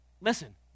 Listen